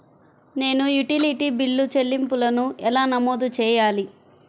నేను utility bill చెల్లింపులను ఎలా నమోదు చేయాలి?